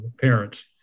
parents